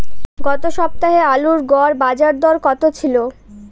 গত সপ্তাহে আলুর গড় বাজারদর কত ছিল?